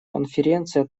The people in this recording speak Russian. конференция